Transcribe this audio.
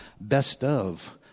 best-of